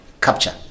capture